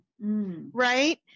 right